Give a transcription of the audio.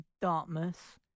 Dartmouth